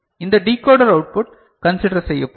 இந்த decoder output consider செய்யப்படும்